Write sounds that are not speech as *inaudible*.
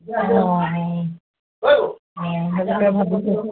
*unintelligible*